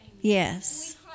Yes